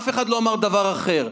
אף אחד לא אמר דבר אחר.